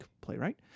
playwright